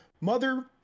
Mother